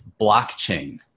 blockchain